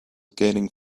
gaining